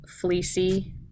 fleecy